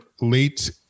late